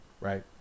right